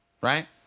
Right